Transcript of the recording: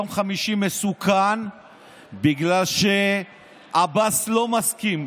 יום חמישי מסוכן בגלל שעבאס לא מסכים.